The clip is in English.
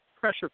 pressure